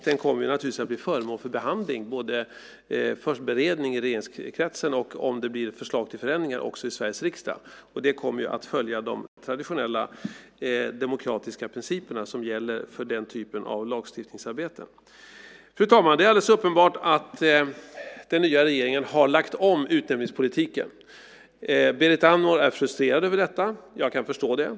Den kommer naturligtvis att bli föremål för behandling - både för beredning i regeringskretsen och, om det blir förslag till förändringar, också i Sveriges riksdag. Detta kommer att följa de traditionella demokratiska principer som gäller för denna typ av lagstiftningsarbeten. Fru talman! Det är alldeles uppenbart att den nya regeringen har lagt om utnämningspolitiken! Berit Andnor är frustrerad över detta. Jag kan förstå det.